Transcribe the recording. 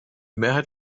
mehrheit